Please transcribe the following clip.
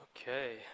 Okay